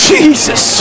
Jesus